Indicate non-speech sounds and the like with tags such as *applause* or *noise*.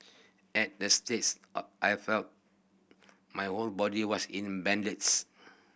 at the *unintelligible* all I felt my own body was in *unintelligible*